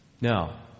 Now